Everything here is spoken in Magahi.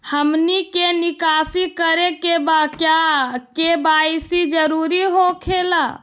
हमनी के निकासी करे के बा क्या के.वाई.सी जरूरी हो खेला?